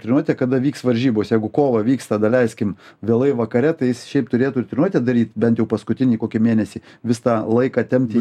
treniruotę kada vyks varžybos jeigu kova vyksta daleiskim vėlai vakare tai jis šiaip turėtų ir treniruotę daryt bent jau paskutinį kokį mėnesį vis tą laiką tempt į